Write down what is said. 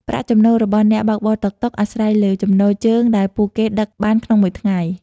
ប្រាក់ចំណូលរបស់អ្នកបើកបរតុកតុក អាស្រ័យលើចំនួនជើងដែលពួកគេដឹកបានក្នុងមួយថ្ងៃ។